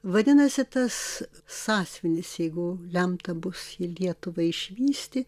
vadinasi tas sąsiuvinis jeigu lemta bus lietuvai išvysti